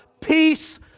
Peace